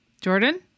Jordan